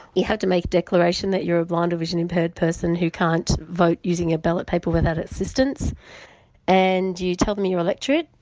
you have to make a declaration that you're a blind or visually impaired person who can't vote using a ballot paper without assistance and you tell them your electorate,